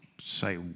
say